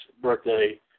birthday